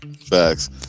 facts